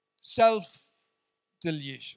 Self-delusion